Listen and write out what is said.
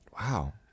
Wow